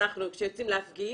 כשאנחנו כשיוצאים להפגין,